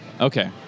Okay